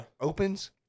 opens